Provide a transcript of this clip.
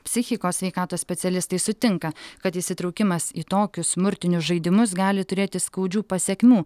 psichikos sveikatos specialistai sutinka kad įsitraukimas į tokius smurtinius žaidimus gali turėti skaudžių pasekmių